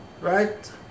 right